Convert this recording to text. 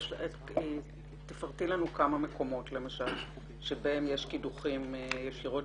תפרטי לנו כמה מקומות בהם יש קידוחים ישירות